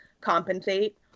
compensate